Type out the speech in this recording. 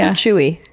yeah chewy.